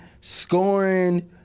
scoring